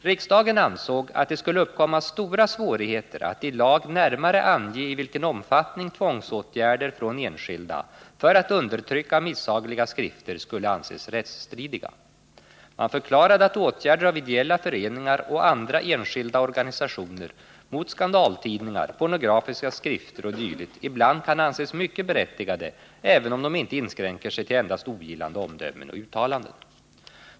Riksdagen ansåg att det skulle uppkomma stora svårigheter att i lag närmare ange i vilken omfattning tvångsåtgärder från enskilda för att undertrycka misshagliga skrifter skulle anses rättsstridiga. Man förklarade att åtgärder av ideella föreningar och andra enskilda organisationer mot skandaltidningar, pornografiska skrifter o. d. ibland kan anses mycket berättigade, även om de inte inskränker sig till endast ogillande omdömen och uttalanden.